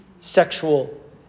sexual